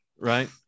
right